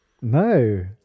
No